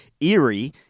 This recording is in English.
Erie